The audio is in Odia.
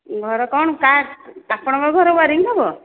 ଘର କ'ଣ କାଷ୍ଟ ଆପଣଙ୍କ ଘର ୱାୟରିଙ୍ଗ୍ ହେବ